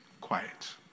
quiet